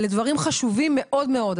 אלה דברים חשובים מאוד מאוד.